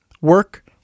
Work